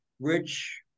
rich